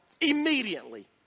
immediately